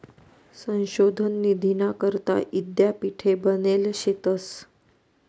संशोधन निधीना करता यीद्यापीठे बनेल शेतंस